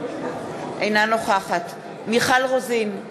אינה נוכחת מיכל רוזין,